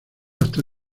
hasta